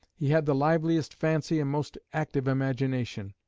he had the liveliest fancy and most active imagination.